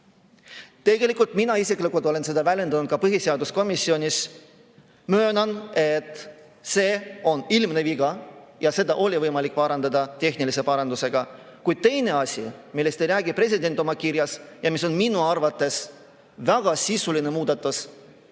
Tegelikult mina isiklikult olen seda väljendanud ka põhiseaduskomisjonis. Möönan, et see on ilmne viga ja seda oli võimalik parandada tehnilise parandusega. Kuid teine asi, millest ei räägi president oma kirjas ja mis on minu arvates väga sisuline muudatus,